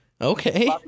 Okay